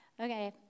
Okay